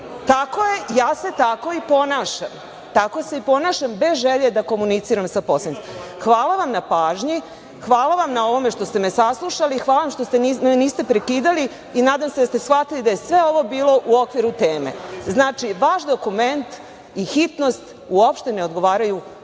Tako je, ja se tako i ponašam, tako se i ponašam bez želje da komuniciram sa poslanicima. Hvala vam na pažnji, hvala vam na ovome što ste me saslušali i hvala vam što me niste prekidali i nadam se da ste shvatili da je sve ovo bilo u okviru teme. Znači, vaš dokument i hitnost uopšte ne odgovaraju ovom